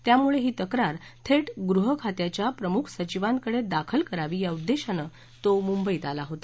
त्यामुळे ही तक्रार थेट गृहखात्याच्या प्रमुख सचिवांकडे दाखल करावी या उद्देशानं तो मुंबईत आला होता